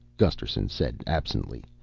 gusterson said absently,